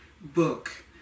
book